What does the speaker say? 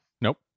Nope